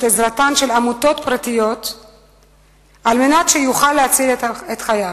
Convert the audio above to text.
עזרתן של עמותות פרטיות על מנת שיוכל להציל את חייו.